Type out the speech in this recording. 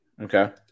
Okay